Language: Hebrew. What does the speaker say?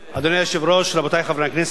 אדוני היושב-ראש, רבותי חברי הכנסת,